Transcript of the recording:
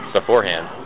beforehand